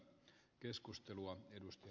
arvoisa puhemies